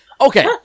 Okay